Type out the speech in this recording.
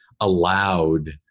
allowed